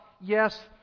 yes